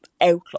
outlook